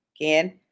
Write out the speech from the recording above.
again